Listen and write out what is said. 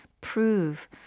prove